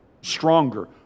Stronger